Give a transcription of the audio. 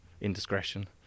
indiscretion